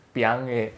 !piang! eh